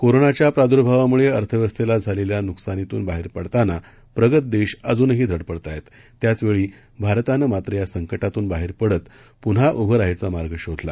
कोरोनाच्या प्रादुर्भावामुळे अर्थव्यवस्थेला झालेल्या नुकसानीतून बाहेर पडताना प्रगत देश अजूनही धडपडत आहेत त्याचवेळी भारतानं मात्र या संकार्तून बाहेर पडत पुन्हा उभं राहायचा मार्ग शोधला